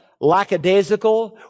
lackadaisical